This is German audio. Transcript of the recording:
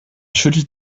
schüttelt